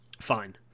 fine